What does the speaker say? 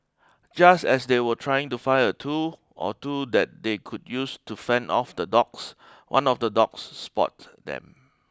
just as they were trying to find a tool or two that they could use to fend off the dogs one of the dogs spot them